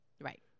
Right